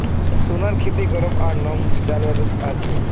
सोनेर खेती गरम आर नम जलवायुत ह छे